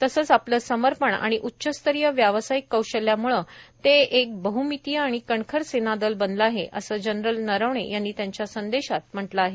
तसंच आपलं समर्पण आणि उच्चस्तरीय व्यावसायिक कौशल्यामुळे ते एक बहमितीय आणि कणखर सेनादल बनलं आहे असं जनरल नरवणे यांनी त्यांच्या संदेशात म्हटलं आहे